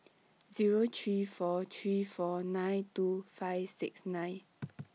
Zero three four three four nine two five six nine